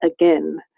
again